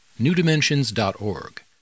newdimensions.org